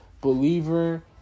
believer